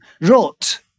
wrote